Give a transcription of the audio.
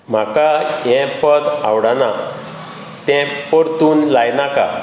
म्हाका हें पद आवडना तें परतून लायनाका